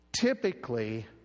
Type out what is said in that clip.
Typically